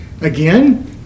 Again